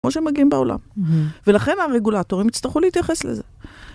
כמו שמגיעים בעולם. הממ. ולכן הרגולטורים יצטרכו להתייחס לזה.